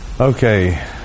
Okay